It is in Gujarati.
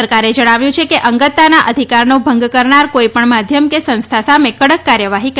સરકારે જણાવ્યું છે કે અંગતતાના અધિકારનો ભંગ કરનાર કોઈપણ માધ્યમ કે સંસ્થા સામે કડક કાર્યવાહી કરાશે